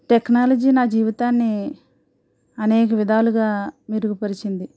technology నా జీవితాన్ని అనేక విధాలుగా మెరుగుపరిచింది